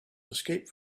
escape